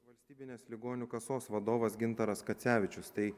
valstybinės ligonių kasos vadovas gintaras kacevičius tai